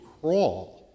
crawl